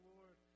Lord